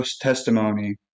testimony